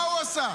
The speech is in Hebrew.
מה הוא עשה?